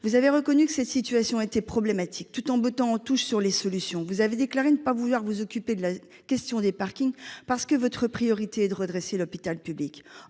vous avez reconnu que cette situation était problématique, tout en bottant en touche sur les solutions. Vous avez déclaré ne pas vouloir vous occuper de la question des parkings, parce que votre priorité est de redresser l'hôpital public.